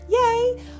Yay